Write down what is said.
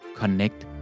connect